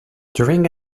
during